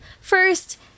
first